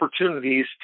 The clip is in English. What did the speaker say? opportunities